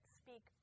speak